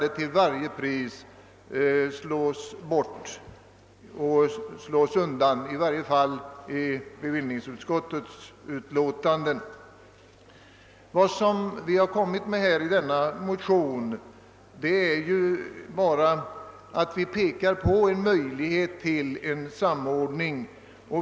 Ett sådant förslag skall till varje pris slås ned, åtminstone i bevillningsutskottets betänkande. I vår motion har vi fäst uppmärksamheten på en möjlighet till samordning.